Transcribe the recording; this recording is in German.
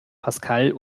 pascal